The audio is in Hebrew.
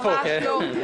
ממש לא.